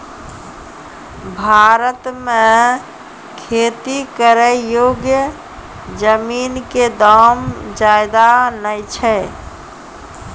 भारत मॅ खेती करै योग्य जमीन कॅ दाम ज्यादा नय छै